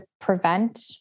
prevent